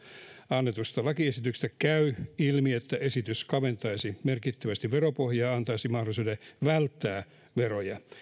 annetusta lakiesityksestä käy ilmi että esitys kaventaisi merkittävästi veropohjaa ja antaisi mahdollisuuden välttää veroja